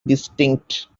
distinct